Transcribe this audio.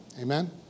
Amen